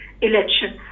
election